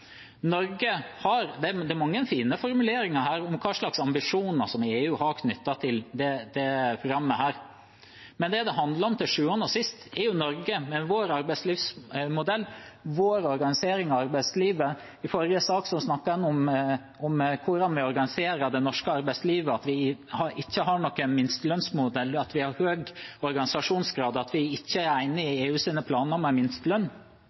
Det er mange fine formuleringer her om hva slags ambisjoner EU har knyttet til dette programmet, men det det handler om til sjuende og sist, er jo Norge med vår arbeidslivsmodell, vår organisering av arbeidslivet. I forrige sak snakket en om hvordan vi organiserer det norske arbeidslivet, at vi ikke har noen minstelønnsmodell, at vi har høy organisasjonsgrad, og at vi ikke er enige i EUs planer